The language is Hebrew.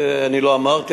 "כרגיל" אני לא אמרתי.